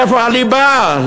איפה הליבה?